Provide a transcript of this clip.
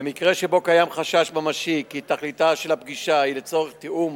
במקרה שבו קיים חשש ממשי כי תכליתה של הפגישה היא לצורך תיאום